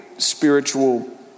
spiritual